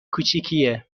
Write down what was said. کوچیکیه